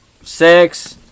six